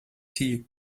tea